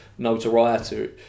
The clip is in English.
Notoriety